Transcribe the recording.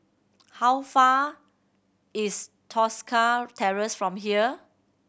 how far is Tosca Terrace from here